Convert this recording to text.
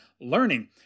learning